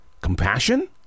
compassion